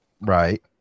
Right